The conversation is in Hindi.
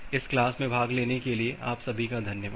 इस क्लास में भाग लेने के लिए आप सभी का धन्यवाद